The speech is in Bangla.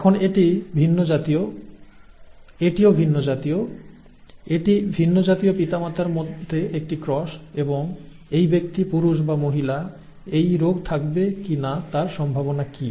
এখন এটি ভিন্নজাতীয় এটিও ভিন্নজাতীয় এটি ভিন্নজাতীয় পিতামাতার মধ্যে একটি ক্রস এবং এই ব্যক্তি পুরুষ বা মহিলা এই রোগ থাকবে কি না তার সম্ভাবনা কি